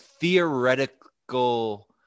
theoretical